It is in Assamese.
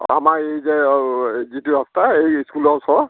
আমাৰ এই যে স্কুলৰ ওচৰৰ